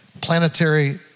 planetary